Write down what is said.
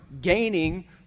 gaining